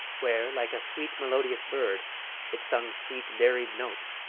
where like a sweet melodious bird it sung sweet varied notes,